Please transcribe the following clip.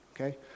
Okay